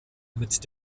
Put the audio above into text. mit